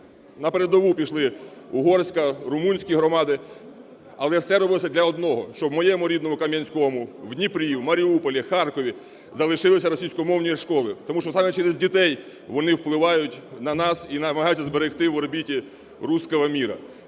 На передову пішли угорська, румунські громади, але все робилося для одного, щоб в моєму рідному Кам'янському, в Дніпрі, в Маріуполі, в Харкові залишилися російськомовні школи. Тому що саме через дітей вони впливають на нас і намагаються зберегти в орбіті "руського миру".